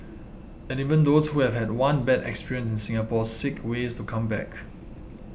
and even those who have had one bad experience in Singapore seek ways to come back